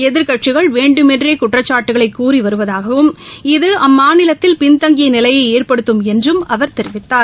எதிர்க்கட்சிகள் வேண்டுமேன்றே குற்றச்சாட்டுகளை கூறி வருவதாகவும் இது அம்மாநிலத்தில் பின்தங்கிய நிலையை ஏற்படுத்தும் என்றும் அவர் தெரிவித்தார்